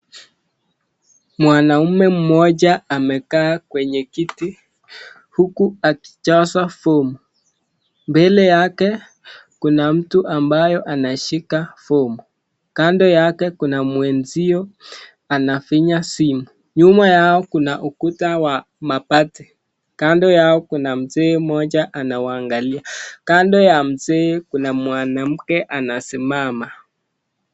Mwanaume mmoja amekaa kwenye kiti huku akijaza fomu. Mbele yake kuna mtu ambaye anashika fomu. Kando yake kuna mwenzio anafinya simu. Nyuma yao kuna ukuta wa mabati. Kando yao kuna mzee moja anawaangalia. Kando ya mzee kuna mwanamke anasimama.